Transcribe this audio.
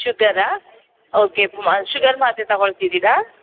ಶುಗರಾ okay ಮ sugar ಮಾತ್ರೆ ತಗೊಳ್ತಿದ್ದೀರಾ